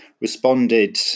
responded